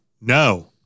no